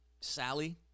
Sally